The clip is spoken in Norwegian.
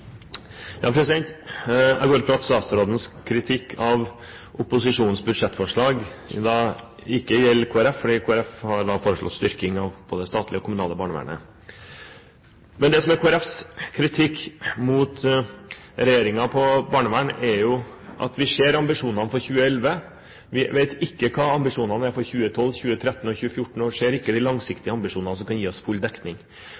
Jeg går ut fra at statsrådens kritikk av opposisjonens budsjettforslag ikke gjelder Kristelig Folkeparti, for Kristelig Folkeparti har foreslått styrking av både det statlige og kommunale barnevernet. Men det som er Kristelig Folkepartis kritikk mot regjeringen når det gjelder barnevern, er at vi ser ambisjonene for 2011, men vi vet ikke hva ambisjonene er for 2012, 2013 og 2014, og vi ser ikke de